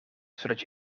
zodat